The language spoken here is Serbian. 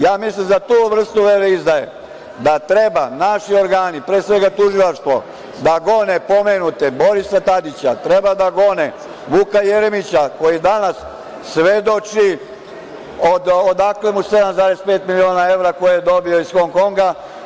Ja mislim da za tu vrstu veleizdaje treba naši organi, pre svega tužilaštvo da gone pomenute Borisa Tadića, treba da gone Vuka Jeremića, koji danas svedoči odakle mu 7,5 miliona evra koje je dobio iz Hong Konga.